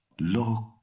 Look